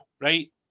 right